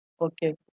okay